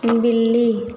बिल्ली